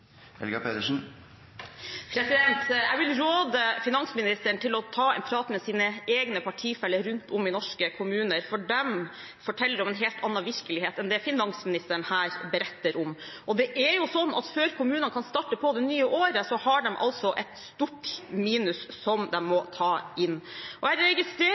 Jeg vil råde finansministeren til å ta en prat med sine egne partifeller rundt om i norske kommuner, for de forteller om en helt annen virkelighet enn det finansministeren her beretter om. Før kommunene kan starte på det nye året, har de altså et stort minus som de må ta inn. Jeg registrerer